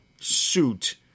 suit